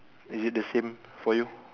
is it the same for you